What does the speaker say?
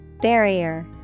Barrier